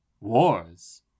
wars